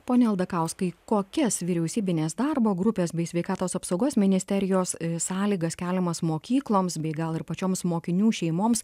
pone aldakauskai kokias vyriausybinės darbo grupės bei sveikatos apsaugos ministerijos sąlygas keliamas mokykloms bei gal ir pačioms mokinių šeimoms